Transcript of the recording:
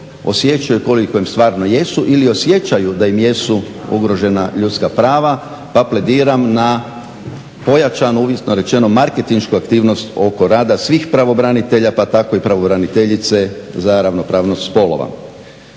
osjećaju i ukoliko im stvarno jesu ili osjećaju da im jesu ugrožena ljudska prava, pa plediram na pojačano uistinu rečeno marketinšku aktivnost oko rada svih pravobranitelja pa tako i pravobraniteljice za ravnopravnost spolova.